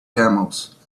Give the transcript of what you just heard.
camels